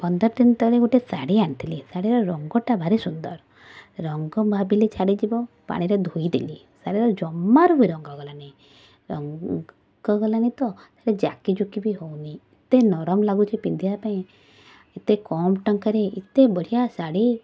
ପନ୍ଦର ଦିନ ତଳେ ଗୋଟେ ଶାଢ଼ୀ ଆଣିଥିଲି ଶାଢ଼ୀର ରଙ୍ଗଟା ଭାରି ସୁନ୍ଦର ରଙ୍ଗ ଭାବିଲି ଛାଡ଼ିଯିବ ପାଣିରେ ଧୋଇ ଦେଲି ଶାଢ଼ୀର ଜମାରୁ ବି ରଙ୍ଗ ଗଲାନି ରଙ୍ଗ ଗଲାନି ତ ହେଲେ ଜାକି ଜୁକି ବି ହେଉନି ଏତେ ନରମ ଲାଗୁଛି ପିନ୍ଧିବା ପାଇଁ ଏତେ କମ ଟଙ୍କାରେ ଏତେ ବଢ଼ିଆ ଶାଢ଼ୀ